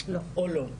או לא?